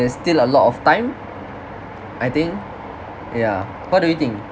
there's still a lot of time I think yeah what do you think